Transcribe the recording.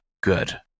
good